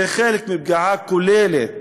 זה חלק מפגיעה כוללת